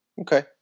Okay